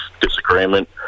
disagreement